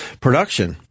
production